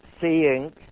seeing